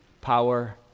power